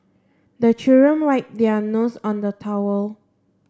the children wipe their noses on the towel